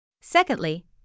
Secondly